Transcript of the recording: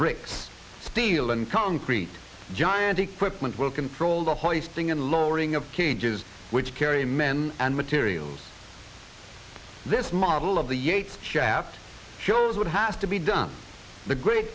bricks steel and concrete giant equipment will control the hollies thing in lowering of cages which carry men and materials this model of the shaft shows would have to be done the great